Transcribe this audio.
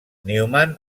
newman